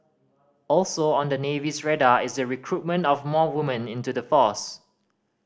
also on the Navy's radar is the recruitment of more woman into the force